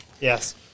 Yes